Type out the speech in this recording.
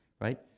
right